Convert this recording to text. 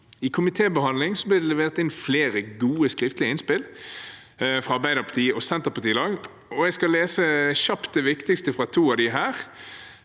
I komitébehandlingen ble det levert inn flere gode skriftlige innspill fra Arbeiderparti-lag og Senterparti-lag, og jeg skal kjapt vise til det viktigste fra to av dem.